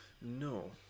No